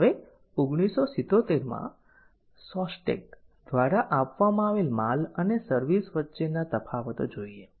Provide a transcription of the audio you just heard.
હવે 1977 માં શોસ્ટેક દ્વારા આપવામાં આવેલ માલ અને સર્વિસ વચ્ચેના તફાવતો જોઈએ